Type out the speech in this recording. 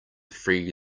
free